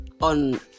on